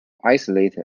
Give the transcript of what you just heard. isolated